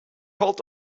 hold